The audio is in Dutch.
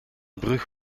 brug